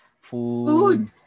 food